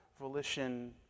volition